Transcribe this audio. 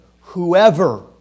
Whoever